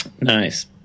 Nice